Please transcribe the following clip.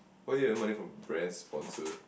why you have to earn money from brands' sponsor